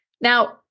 Now